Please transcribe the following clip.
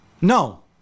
No